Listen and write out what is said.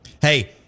Hey